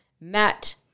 Matt